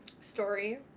story